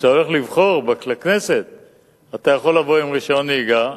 כשאתה הולך לבחור לכנסת אתה יכול לבוא עם רשיון נהיגה,